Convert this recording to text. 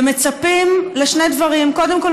ומצפים לשני דברים: קודם כול,